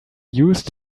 used